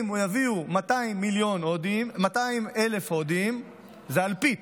אם יביאו 200,000 הודים, זה אלפית,